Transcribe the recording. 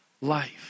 life